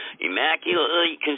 immaculately